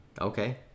okay